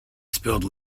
spilled